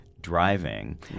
driving